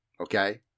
okay